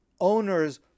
Owners